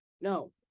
No